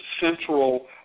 central